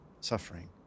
suffering